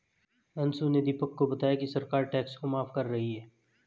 अंशु ने दीपक को बताया कि सरकार टैक्स को माफ कर रही है